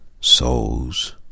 souls